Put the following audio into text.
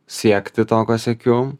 siekti to ko siekiu